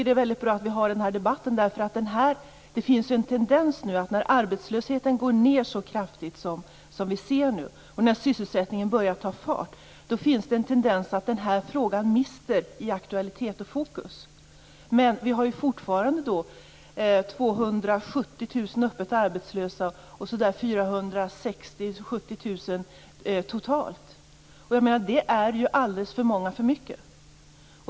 Det är bra att vi har den här debatten. När arbetslösheten går ned så kraftigt som den nu gör och sysselsättningen börjar ta fart finns det nämligen en tendens att den här frågan mister i aktualitet och fokus. Men fortfarande har vi 270 000 öppet arbetslösa och totalt mellan 460 000 och 470 000 arbetslösa. Det är alldeles för många.